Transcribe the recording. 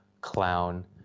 clown